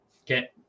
Okay